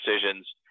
decisions